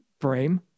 frame